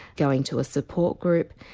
going to a support group,